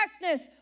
darkness